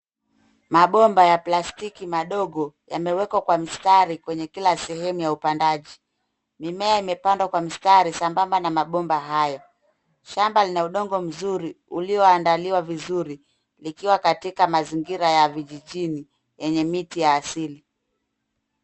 Mabomba ya plastiki madogo yamewekwa kwa mstari kwenye kila sehemu ya upandaji. Mimea imemea kwa mistari sambamba na mabomba hayo. Shamba lina udongo mzuri ulioandaliwa vizuri, likiwa katika mazingira ya vijijini yenye miti ya asili.